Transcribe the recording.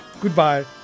goodbye